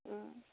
অঁ